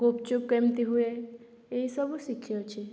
ଗୁପଚୁପ୍ କେମିତି ହୁଏ ଏହିସବୁ ଶିଖିଅଛି